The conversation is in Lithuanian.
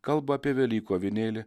kalba apie velykų avinėlį